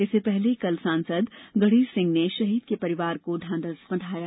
इससे पहले कल सांसद गणेश सिंह शहीद के परिवार को ढांढस बधाया